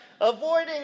avoiding